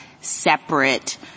separate